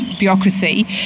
bureaucracy